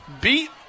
beat